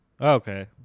Okay